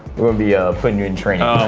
we'll be putting you in training. oh